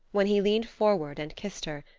when he leaned forward and kissed her,